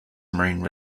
marine